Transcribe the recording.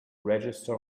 register